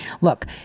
look